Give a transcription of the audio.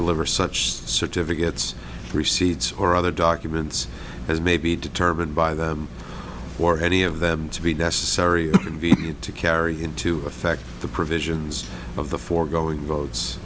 deliver such certificates receipts or other documents as may be determined by them for any of them to be necessary convenient to carry into effect the provisions of the foregoing votes